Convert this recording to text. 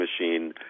machine